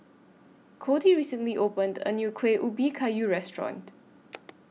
Cody recently opened A New Kueh Ubi Kayu Restaurant